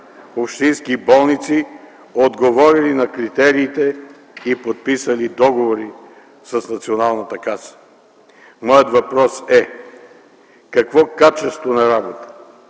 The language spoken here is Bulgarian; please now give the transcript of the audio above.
общински болници, отговорили на критериите и подписали договори с Националната каса. Моят въпрос е какво качество на работа